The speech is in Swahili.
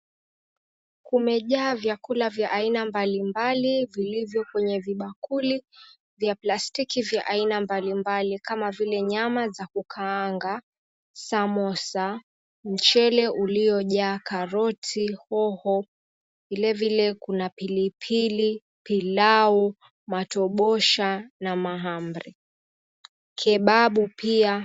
Kumejaa vyakula vya aina mbalimbali vilivyo kwenye vibakuli vya plastiki vya aina mbalimbali kama vile nyama za kukaanga, samosa, mchele uliojaa karoti, hoho, vilevile kuna pilipili, pilau, matobosha na mahamri, kebabu pia.